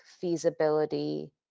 feasibility